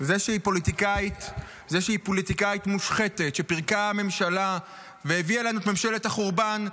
זה שהיא פוליטיקאית מושחתת שפירקה ממשלה והביאה לנו את ממשלת החורבן,